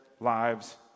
lives